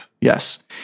Yes